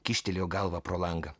kyštelėjo galvą pro langą